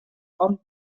hom